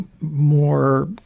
more